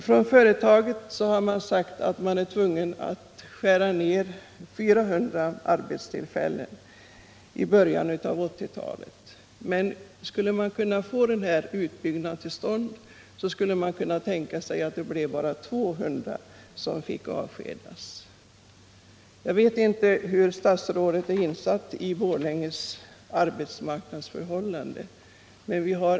Från företaget har man sagt att man är tvungen att dra in 400 arbetstillfällen i början av 1980-talet. Men skulle denna utbyggnad kunna komma till stånd, så skulle man kunna tänka sig att bara 200 fick avskedas. Jag vet inte hur väl statsrådet är insatt i Borlänges arbetsmarknadsförhållanden.